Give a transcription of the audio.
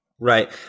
Right